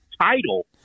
title